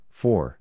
four